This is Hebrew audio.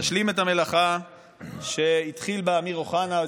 תשלים את המלאכה שהתחיל בה אמיר אוחנה,